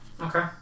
Okay